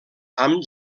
amb